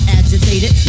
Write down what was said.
agitated